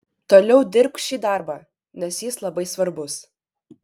toliau dirbk šį darbą nes jis labai svarbus